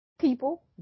people